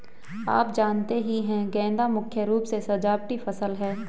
आप जानते ही है गेंदा मुख्य रूप से सजावटी फसल है